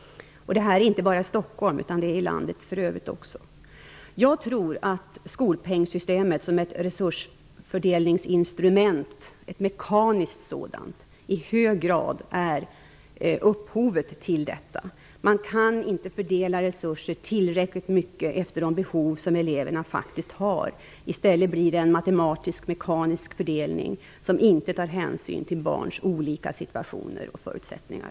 Det här gäller inte bara i Stockholm, utan i landet i övrigt också. Jag tror att skolpengssystemet som ett resursfördelningsinstrument, ett mekaniskt sådant, i hög grad är upphov till detta. Man kan inte i tillräcklig omfattning fördela resurser efter de behov som eleverna faktiskt har. I stället blir det en matematisk mekanisk fördelning, som inte tar hänsyn till barns olika situationer och förutsättningar.